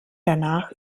danach